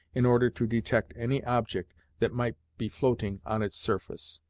in order to detect any object that might be floating on its surface.